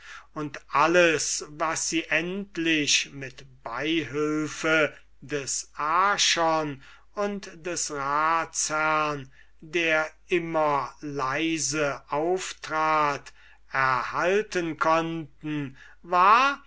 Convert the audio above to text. und alles was sie endlich mit beihülfe des archon und des ratsherrn der immer leise auftrat erhalten konnten war